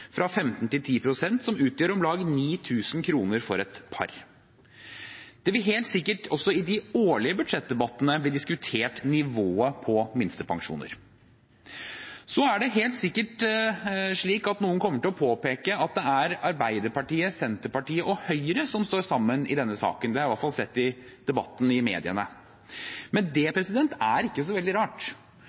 fra 15 til 10 pst., som utgjør om lag 9 000 kr for et par. Det vil helt sikkert, også i de årlige budsjettdebattene, bli diskutert nivået på minstepensjoner. Så er det helt sikkert slik at noen kommer til å påpeke at det er Arbeiderpartiet, Senterpartiet og Høyre som står sammen i denne saken. Det er i hvert fall sett i debatten i mediene. Men det er ikke så veldig rart.